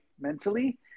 mentally